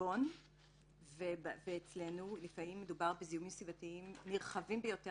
עוון ולפעמים מדובר בזיהומים סביבתיים נרחבים ביותר,